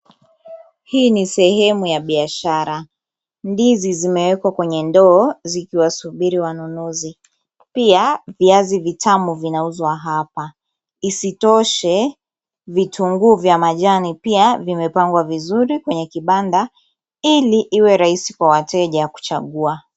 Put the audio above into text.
Hii ni sehemu ya biashara. Ndizi zimewekwa kwenye ndoo zikiwasubiri wanunuzi. Pia viazi vitamu vinauzwa hapa. Isitoshe, vitunguu vya majani pia vimepangwa vizuri kwenye kibanda, ili iwe rahisi kwa wateja kuchagua.